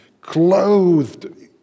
clothed